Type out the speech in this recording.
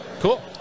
cool